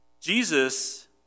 Jesus